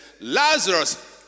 Lazarus